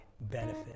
benefit